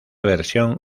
versión